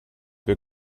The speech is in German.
wir